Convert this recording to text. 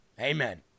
Amen